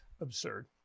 absurd